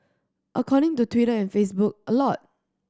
according to Twitter and Facebook a lot